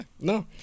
no